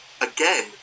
Again